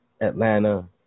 Atlanta